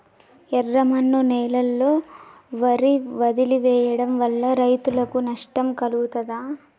ఎర్రమన్ను నేలలో వరి వదిలివేయడం వల్ల రైతులకు నష్టం కలుగుతదా?